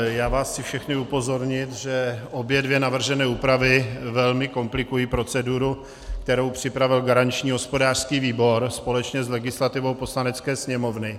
Já vás chci všechny upozornit, že obě dvě navržené úpravy velmi komplikují proceduru, kterou připravil garanční hospodářský výbor společně s legislativou Poslanecké sněmovny.